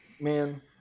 man